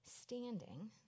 standing